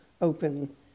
open